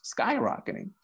skyrocketing